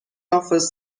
offers